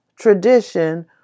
tradition